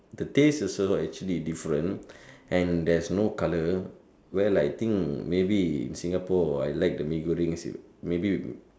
the taste also actually different and there is no colour well I think maybe in Singapore I like the Mee-Goreng soup maybe with